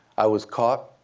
i was caught.